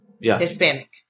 Hispanic